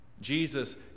Jesus